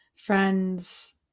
friends